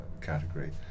category